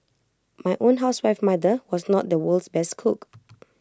my own housewife mother was not the world's best cook